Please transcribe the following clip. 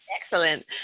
excellent